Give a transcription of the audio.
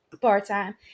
part-time